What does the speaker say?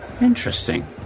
Interesting